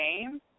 game